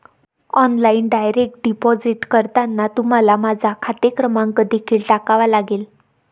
online direct deposit करताना तुम्हाला माझा खाते क्रमांक देखील टाकावा लागेल